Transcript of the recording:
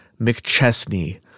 McChesney